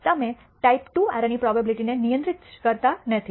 તમે type II error ની probability ને નિયંત્રિત કરતા નથી